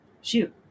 shoot